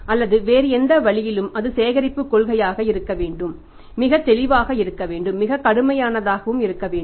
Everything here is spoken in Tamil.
அல்லது வேறு எந்த வழியிலும் அது சேகரிப்புக் கொள்கையாக இருக்க வேண்டும் மிகத் தெளிவாக இருக்க வேண்டும் மிகக் கடுமையானதாகவும் இருக்க வேண்டும்